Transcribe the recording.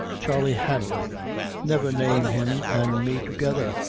charley hanlon never name him an' me together,